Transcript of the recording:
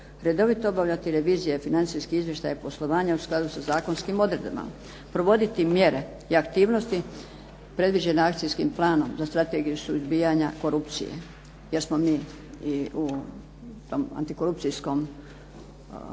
redovito obavljati revizije financijskih izvještaja poslovanja u skladu sa zakonskim odredbama, provoditi mjere i aktivnosti predviđene akcijskim planom za Strategiju suzbijanja korupcije. Jer smo mi u antikorupcijskom